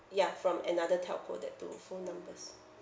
ya from another telco that two phone numbers